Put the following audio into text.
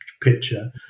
picture